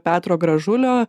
petro gražulio